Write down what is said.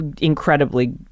incredibly